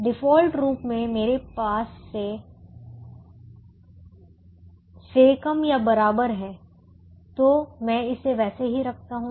default रूप से मेरे पास से कम या बराबर है तो मैं इसे वैसे ही रखता हूं